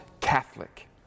Catholic